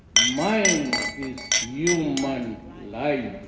mine is human lives.